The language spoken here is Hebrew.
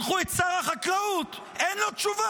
מכיוון ששלחו את שר החקלאות, אין לו תשובה.